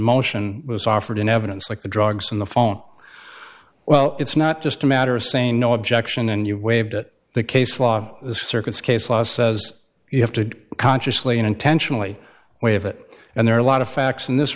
motion was offered in evidence like the drugs on the phone well it's not just a matter of saying no objection and you waived it the case law the circus case law says you have to consciously and intentionally wave it and there are a lot of facts in this